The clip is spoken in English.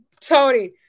Tony